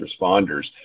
responders